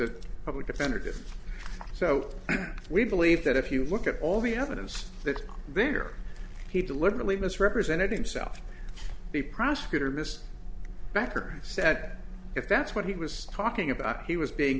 a public defender did so and we believe that if you look at all the evidence that there he deliberately misrepresented himself the prosecutor mr becker said if that's what he was talking about he was being